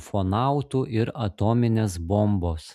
ufonautų ir atominės bombos